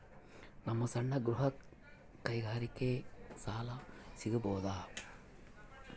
ನಮ್ಮ ಸಣ್ಣ ಗೃಹ ಕೈಗಾರಿಕೆಗೆ ಸಾಲ ಸಿಗಬಹುದಾ?